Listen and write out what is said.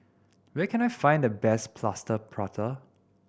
where can I find the best Plaster Prata